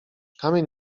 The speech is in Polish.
kamień